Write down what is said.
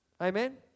Amen